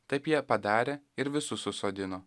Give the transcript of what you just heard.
taip jie padarė ir visus susodino